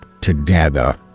together